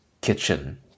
kitchen